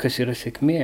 kas yra sėkmė